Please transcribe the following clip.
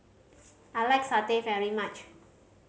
I like satay very much